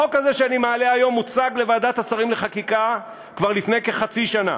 החוק הזה שאני מעלה היום הוצג לוועדת השרים לחקיקה כבר לפני כחצי שנה.